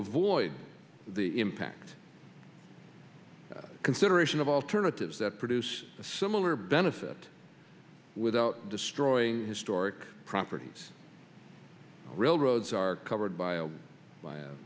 avoid the impact consideration of alternatives that produce a similar benefit without destroying historic properties railroads are covered by